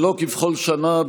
שלא כבכל שנה,